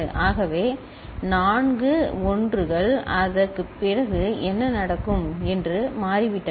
ஆகவே நான்கு 1 கள் அதன் பிறகு என்ன நடக்கும் என்று மாறிவிட்டன